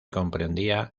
comprendía